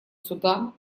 судан